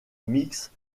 mixte